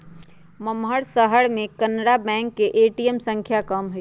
महम्मर शहर में कनारा बैंक के ए.टी.एम संख्या में कम हई